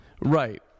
Right